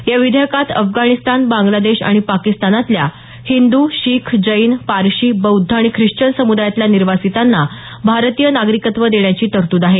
या विधेयकात अफगाणिस्तान बांगलादेश आणि पाकिस्तानातल्या हिंदू शीख जैन पारशी बौद्ध आणि ख्रिश्चन समुदायातल्या निर्वासितांना भारतीय नागरिकत्व देण्याची तरतूद आहे